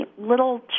little